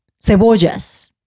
cebollas